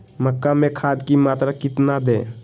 मक्का में खाद की मात्रा कितना दे?